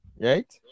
right